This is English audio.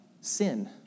sin